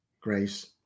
Grace